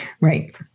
Right